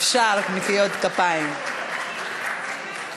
(מחיאות כפיים)